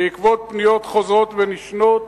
בעקבות פניות חוזרות ונשנות,